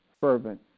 fervent